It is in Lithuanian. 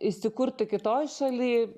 įsikurti kitoj šaly